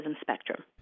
spectrum